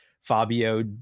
Fabio